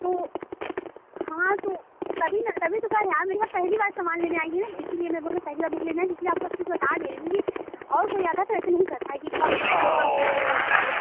तो हाँ तो तभी न तभी तो कह रहे आप मेरे यहाँ पहली बार सामान लेने आई हैं न इसलिए मैं बोल रही हूँ पहली बार बुक लेने आई हैं तो इसलिए आपको अच्छे से बता दे रही हूँ कि और कोई आता है तो ऐसे नहीं करता है कि कम कीजिए कम कीजिए कम कीजिए